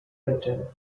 returned